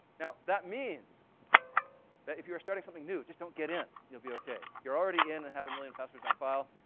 now, that means that if you are starting something new, just don't get in, you'll be ok. if you're already and have a million passwords on file,